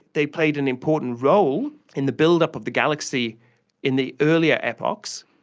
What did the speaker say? they played an important role in the build-up of the galaxy in the earlier epochs,